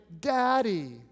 daddy